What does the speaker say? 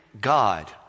God